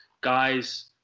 guys